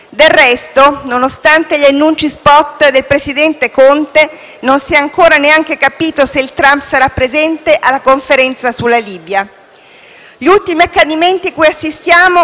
Del resto, nonostante gli annunci *spot* del presidente Conte, non si è ancora neanche capito se il Trump sarà presente alla Conferenza sulla Libia.